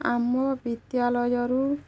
ଆମ ବିଦ୍ୟାଲୟରୁ